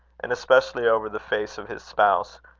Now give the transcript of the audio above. and especially over the face of his spouse,